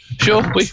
Sure